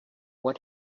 what